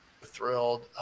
thrilled